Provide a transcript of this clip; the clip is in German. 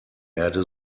erde